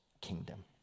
kingdom